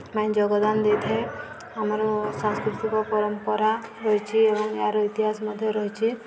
ପାଇଁ ଯୋଗଦାନ ଦେଇଥାଏ ଆମର ସାଂସ୍କୃତିକ ପରମ୍ପରା ରହିଛି ଏବଂ ଏହାର ଇତିହାସ ମଧ୍ୟ ରହିଛି